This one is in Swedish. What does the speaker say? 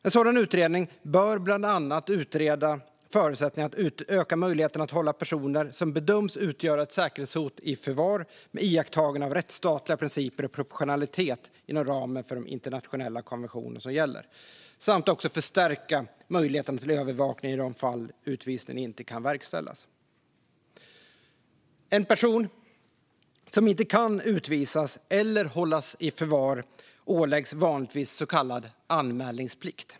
En sådan utredning bör bland annat utreda förutsättningarna att öka möjligheten att hålla personer som bedöms utgöra ett säkerhetshot i förvar med iakttagande av rättsstatliga principer och proportionalitet inom ramen för de internationella konventioner som gäller samt förstärka möjligheterna till övervakning i de fall utvisning inte kan verkställas. En person som inte kan utvisas eller hållas i förvar åläggs vanligtvis så kallad anmälningsplikt.